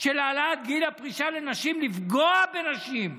של העלאת גיל הפרישה לנשים, לפגוע בנשים?